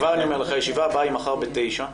כבר אני אומר לך, הישיבה הבאה היא מחר ב-9 בבוקר.